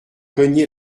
cogné